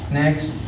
next